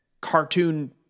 cartoon